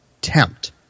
tempt